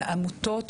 לעמותות,